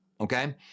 okay